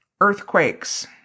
earthquakes